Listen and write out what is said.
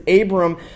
Abram